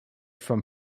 from